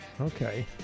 Okay